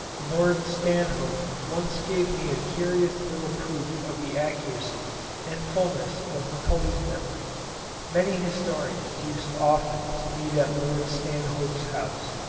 lord stanhope once gave me a curious little proof of the accuracy and fulness of macaulay's memory many historians used often to meet at lord stanhope's house,